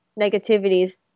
negativities